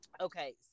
okay